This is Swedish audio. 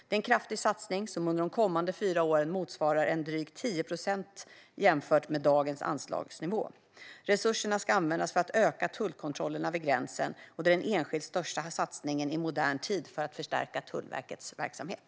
Det är en kraftig satsning som under de kommande fyra åren motsvarar drygt 10 procent jämfört med dagens anslagsnivå. Resurserna ska användas för att öka tullkontrollerna vid gränsen. Det är den enskilt största satsningen i modern tid för att förstärka Tullverkets verksamhet.